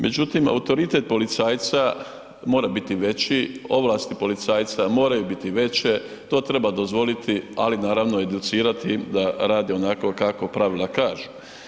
Međutim, autoritet policajca mora biti veći, ovlasti policajca moraju biti veće, to treba dozvoliti, ali naravno i educirati ih da rade onako kako pravila kažu.